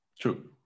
True